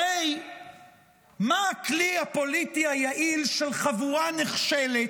הרי מה הכלי הפוליטי היעיל של חבורה נכשלת,